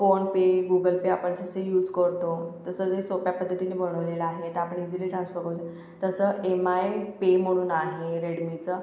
phone पे Google pay आपण जसे use करतो तसं जे सोप्या पद्धतीने बनवलेलं आहे ते आपण इझिली ट्रान्सफर करू सक तसं एम आय पे म्हणून आहे रेडमीचं